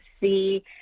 see